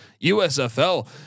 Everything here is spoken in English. USFL